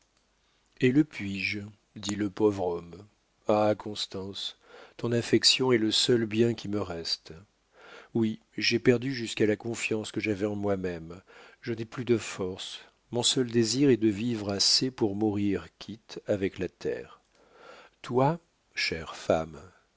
et le puis-je dit le pauvre homme ah constance ton affection est le seul bien qui me reste oui j'ai perdu jusqu'à la confiance que j'avais en moi-même je n'ai plus de force mon seul désir est de vivre assez pour mourir quitte avec la terre toi chère femme